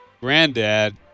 granddad